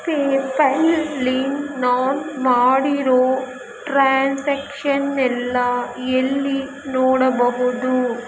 pay ಪಾಲಲ್ಲಿ ನಾನು ಮಾಡಿರೋ ಟ್ರಾನ್ಸಾಕ್ಷನ್ಸ್ನೆಲ್ಲ ಎಲ್ಲಿ ನೋಡಬಹುದು